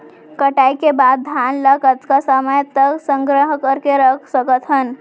कटाई के बाद धान ला कतका समय तक संग्रह करके रख सकथन?